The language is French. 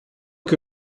que